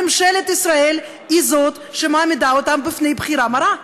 ממשלת ישראל היא שמעמידה אותם בפני בחירה מרה: